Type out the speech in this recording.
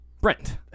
Brent